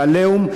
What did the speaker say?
ו"עליהום",